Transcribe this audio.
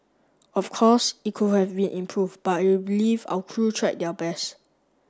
of course it could have been improved but will believe our crew tried their best